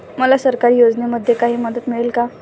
मला सरकारी योजनेमध्ये काही मदत मिळेल का?